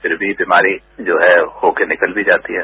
फिर भी बीमारी जो है हो के निकल भी जाती है